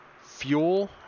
fuel